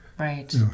Right